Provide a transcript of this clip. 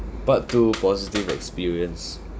part two positive experience